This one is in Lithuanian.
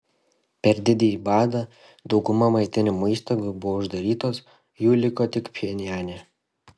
per didįjį badą dauguma maitinimo įstaigų buvo uždarytos jų liko tik pchenjane